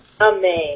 Amen